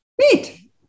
meet